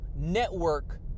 network